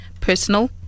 personal